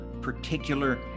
particular